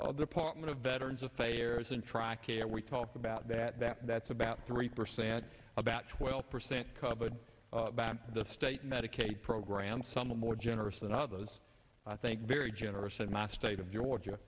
the department of veterans affairs and track it we talked about that that's about three percent about twelve percent covered by the state medicaid program some a more generous than others i think very generous in my state of georgia